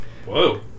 Whoa